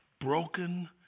broken